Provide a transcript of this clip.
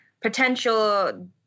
Potential